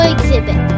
Exhibit